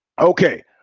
Okay